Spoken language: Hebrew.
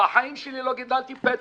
בחיים שלי לא גידלתי פטם,